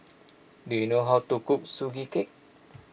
do you know how to cook Sugee Cake